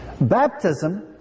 Baptism